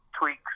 tweaks